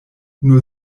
nur